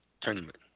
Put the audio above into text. tournament